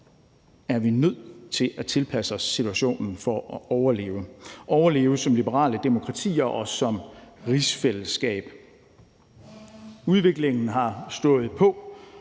er vi nødt til at tilpasse os situationen for at overleve – overleve som liberale demokratier og som rigsfællesskab. Udviklingen har stået på